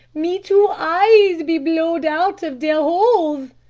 me two eyes be blowed out of dere holes.